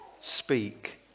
speak